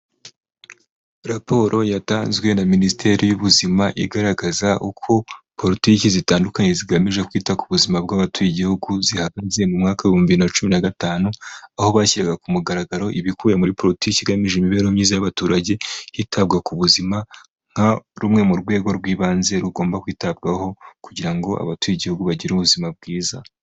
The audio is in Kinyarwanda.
Raporo yatanzwe na minisiteri y'ubuzima igaragaza uko politiki zitandukanye zigamije kwita ku buzima bw'abatuye igihugu zihagaze mu mwaka w’igihumbi na cumi na gatanu, aho bashyiraga ku mugaragaro ibikubiye muri politiki igamije imibereho myiza y'abaturage, hitabwa ku buzima nka rumwe mu rwego rw'ibanze rugomba kwitabwaho kugira ngo abatuye igihugu bagire ubuzima bwiza.